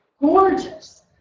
gorgeous